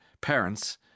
parents